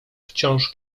wciąż